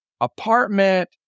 apartment